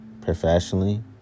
professionally